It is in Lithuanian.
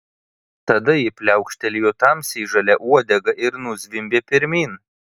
tada ji pliaukštelėjo tamsiai žalia uodega ir nuzvimbė pirmyn